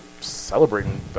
celebrating